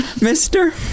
mister